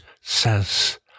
says